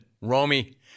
Romy